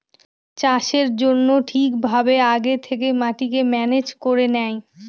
চাষের জন্য ঠিক ভাবে আগে থেকে মাটিকে ম্যানেজ করে নেয়